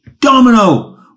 Domino